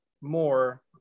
more